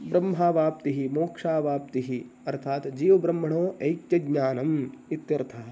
ब्रह्मावाप्तिः मोक्षावाप्तिः अर्थात् जीवब्रह्मणः ऐक्यं ज्ञानम् इत्यर्थः